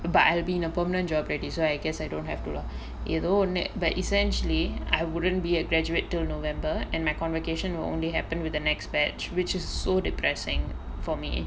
but I'll be in a permanent job already so I guess I don't have to lah although net but essentially I wouldn't be a graduate to november and my congregation will only happen with the next batch which is so depressing for me